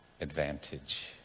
advantage